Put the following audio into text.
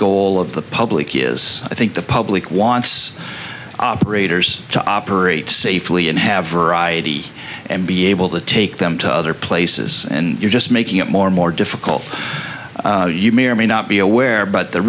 goal of the public is i think the public wants operators to operate safely and have araya t and be able to take them to other places and you're just making it more and more difficult you may or may not be aware but the